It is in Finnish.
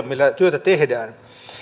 millä työtä tehdään